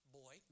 boy